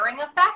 effect